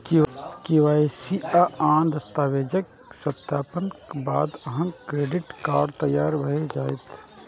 KYC आ आन दस्तावेजक सत्यापनक बाद अहांक क्रेडिट कार्ड तैयार भए जायत